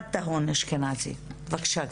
ענת טהון אשכנזי, בבקשה.